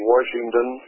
Washington